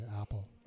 Apple